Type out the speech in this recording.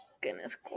goodness